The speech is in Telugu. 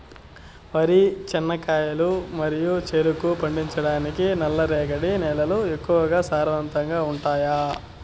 వరి, చెనక్కాయలు మరియు చెరుకు పండించటానికి నల్లరేగడి నేలలు ఎక్కువగా సారవంతంగా ఉంటాయా?